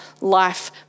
life